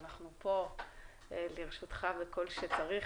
אנחנו פה לרשותך בכל שצריך.